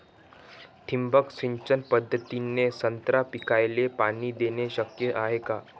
ठिबक सिंचन पद्धतीने संत्रा पिकाले पाणी देणे शक्य हाये का?